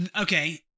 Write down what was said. Okay